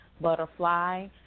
Butterfly